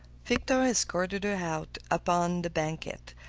victor escorted her out upon the banquette,